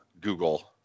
Google